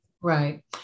Right